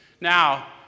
Now